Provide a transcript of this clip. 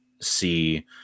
see